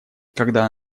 когда